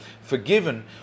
forgiven